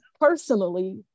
personally